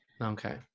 Okay